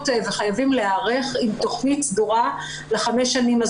וחייבים להיערך עם תכנית סדורה לחמש השנים.